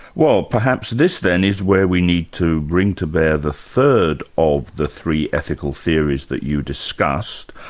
well perhaps this then is where we need to bring to bear the third of the three ethical theories that you discuss,